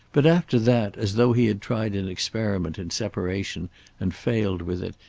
but after that, as though he had tried an experiment in separation and failed with it,